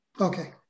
Okay